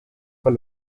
con